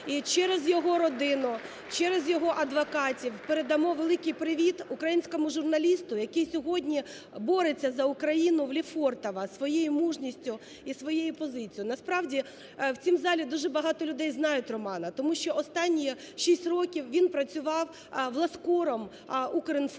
і через його родину, через його адвокатів передамо великий привіт українському журналісту, який сьогодні бореться за Україну в "Лефортово" своєю мужністю і своєю позицією. Насправді в цьому залі дуже багато людей знають Романа, тому що останні 6 років він працював власкором "Укрінформу",